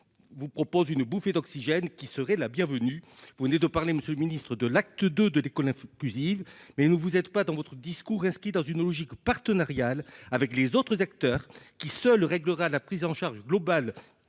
vous propose une bouffée d'oxygène qui serait la bienvenue, vous venez de parler Monsieur le Ministre de l'acte de de l'école, cuisine, mais nous vous êtes pas dans votre discours est dans une logique partenariale avec les autres acteurs qui seul réglera la prise en charge globale